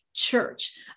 church